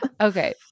Okay